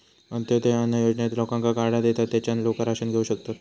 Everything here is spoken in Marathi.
अंत्योदय अन्न योजनेत लोकांका कार्डा देतत, तेच्यान लोका राशन घेऊ शकतत